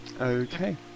Okay